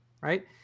Right